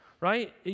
right